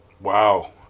Wow